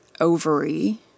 ovary